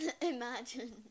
Imagine